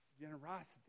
generosity